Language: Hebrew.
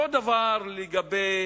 אותו דבר לגבי